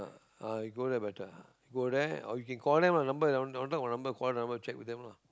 uh you go there better ah go there or you can call them lah number on top got number check with them lah